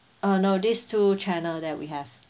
uh no these two channel that we have